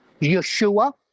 Yeshua